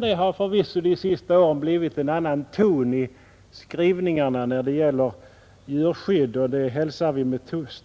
Det har förvisso de senaste åren blivit en annan ton i skrivningarna när det gäller djurskydd, och det hälsar vi med